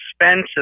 expensive